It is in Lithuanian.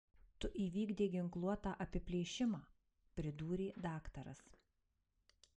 tu įvykdei ginkluotą apiplėšimą pridūrė daktaras